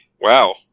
Wow